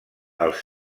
els